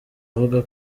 avuga